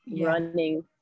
running